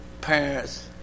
parents